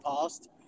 past